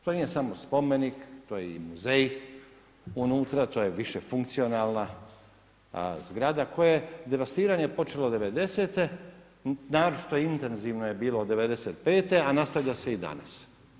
To nije samo spomenik, to je i muzej unutra, to je više funkcionalna zgrada koja je, devastiranje je počelo '90.-to, naročito intenzivno je bilo '95. a nastavlja se i danas.